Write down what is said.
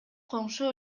коңшу